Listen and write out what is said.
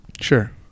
Sure